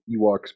Ewoks